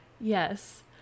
Yes